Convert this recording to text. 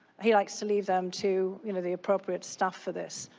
he likes to leave them to you know the appropriate staff for this.